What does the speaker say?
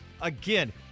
Again